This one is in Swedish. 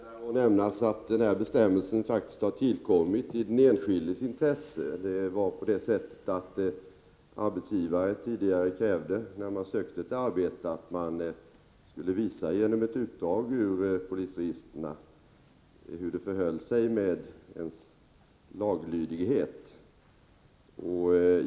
Herr talman! Det förtjänar att nämnas att denna bestämmelse har tillkommit i den enskildes intresse. Det var tidigare så att när någon sökte arbete krävde arbetsgivaren att det skulle visas genom ett utdrag ur polisregistren hur det förhöll sig med den sökandens laglydighet.